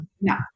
no